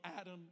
Adam